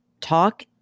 talk